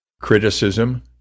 criticism